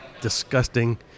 disgusting